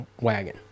wagon